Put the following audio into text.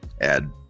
add